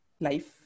Life